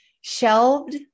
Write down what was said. shelved